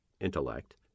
intellect